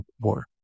war